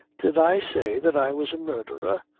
did i say that i was a murdherer?